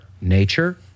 nature